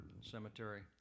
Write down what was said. Cemetery